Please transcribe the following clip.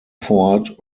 fort